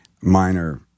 minor